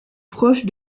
proche